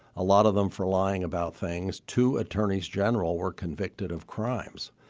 a lot of them for lying about things to attorneys general, were convicted of crimes.